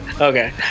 Okay